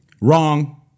Wrong